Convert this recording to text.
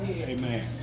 Amen